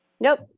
Nope